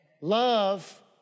Love